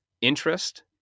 interest